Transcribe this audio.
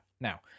Now